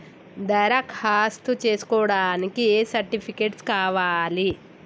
దరఖాస్తు చేస్కోవడానికి ఏ సర్టిఫికేట్స్ కావాలి?